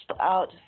out